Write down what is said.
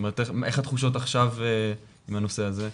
איך התחושות עכשיו עם הנושא הזה?